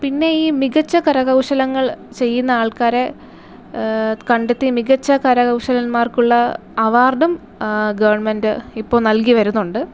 പിന്നെ ഈ മികച്ച കരകൗശലങ്ങൾ ചെയ്യുന്ന ആൾക്കാരെ കണ്ടെത്തി മികച്ച കരകൗശലന്മാർക്കുള്ള അവാർഡും ഗവണ്മെൻറ്റ് ഇപ്പോൾ നൽകി വരുന്നുണ്ട്